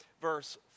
verse